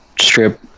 strip